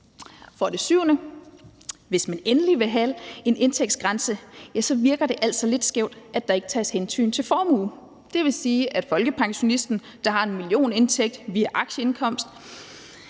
for det syvende – vil have en indtægtsgrænse, virker det altså lidt skævt, at der ikke tages hensyn til formue. Det vil sige, at folkepensionisten, der har en millionindtægt via aktieindkomst,